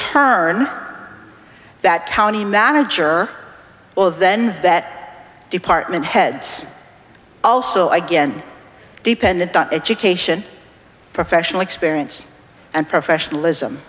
turn that county manager all of then that department heads also again dependent on education professional experience and professionalism